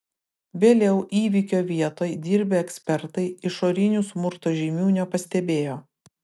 vėliau įvykio vietoj dirbę ekspertai išorinių smurto žymių nepastebėjo